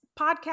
podcast